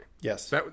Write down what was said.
Yes